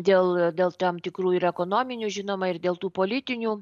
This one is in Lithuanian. dėl dėl tam tikrų ir ekonominių žinoma ir dėl tų politinių